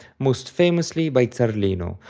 most famously by zarlino,